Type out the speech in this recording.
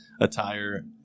attire